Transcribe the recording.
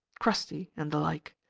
crusty, and the like.